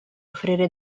offrire